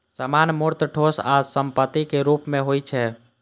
सामान मूर्त, ठोस आ संपत्तिक रूप मे होइ छै